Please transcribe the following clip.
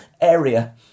area